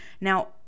Now